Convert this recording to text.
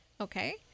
Okay